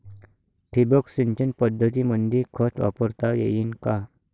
ठिबक सिंचन पद्धतीमंदी खत वापरता येईन का?